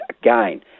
again